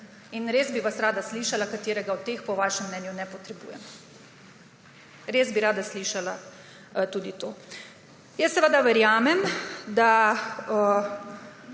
In res bi vas rada slišala, katerega od teh po vašem mnenju ne potrebujemo. Res bi rada slišala tudi to. Jaz seveda verjamem, da